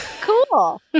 cool